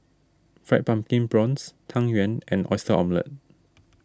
Fried Pumpkin Prawns Tang Yuen and Oyster Omelette